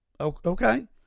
okay